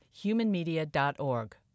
humanmedia.org